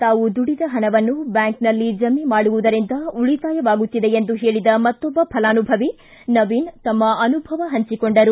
ತಾವು ದುಡಿದ ಹಣವನ್ನು ಬ್ವಾಂಕ್ನಲ್ಲಿ ಜಮೆ ಮಾಡುವುದರಿಂದ ಉಳಿತಾಯವಾಗುತ್ತಿದೆ ಎಂದು ಹೇಳಿದ ಮತ್ತೊಬ್ಬ ಫಲಾಭವಿ ನವೀನ ತಮ್ಮ ಅನುಭವ ಹಂಚಿಕೊಂಡರು